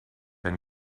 and